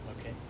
Okay